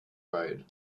road